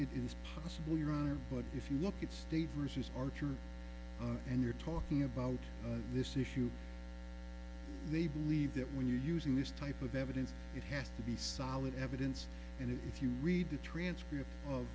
it is possibly right but if you look at state versus archer and you're talking about this issue they believe that when you're using this type of evidence it has to be solid evidence and if you read the transcript